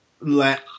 let